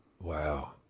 Wow